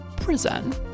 prison